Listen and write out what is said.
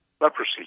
leprosy